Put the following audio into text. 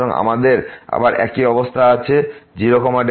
সুতরাং আমাদের আবার একই অবস্থা আছে 0 y